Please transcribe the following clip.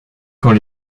quand